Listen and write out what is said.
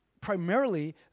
primarily